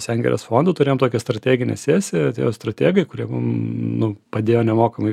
sengirės fondu turėjom tokią strateginę sesiją atėjo strategai kurie mum nu padėjo nemokamai